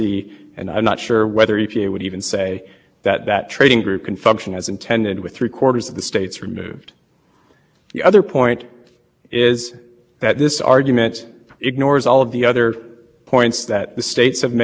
this argument ignores all of the other points that the states have made in their brief and the industry petitioners have made in their brief and if we take all of those points we feel that there's